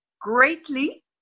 greatly